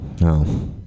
No